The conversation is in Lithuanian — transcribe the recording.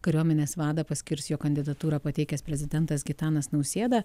kariuomenės vadą paskirs jo kandidatūrą pateikęs prezidentas gitanas nausėda